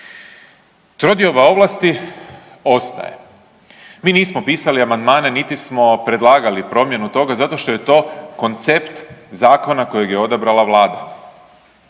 Trodioba ovlasti ostaje. Mi nismo pisali amandmane, niti smo predlagali promjenu toga zato što je to koncept zakona kojeg je odabrala vlada.